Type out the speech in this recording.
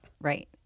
right